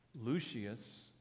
Lucius